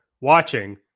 watching